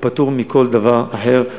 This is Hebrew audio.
הוא פטור מכל דבר אחר,